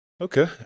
Okay